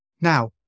Now